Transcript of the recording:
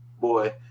Boy